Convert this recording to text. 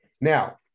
now